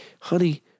honey